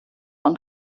und